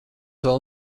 vēl